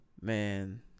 Man